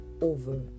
over